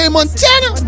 Montana